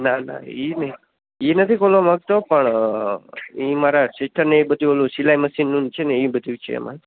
ના ના એ નહીં એ નથી ખોલવા માગતો પણ એ મારા સિસ્ટરને એ બધું ઓલુ સિલાઈ મશીનનું ને છે નેએ બધું છે એમાં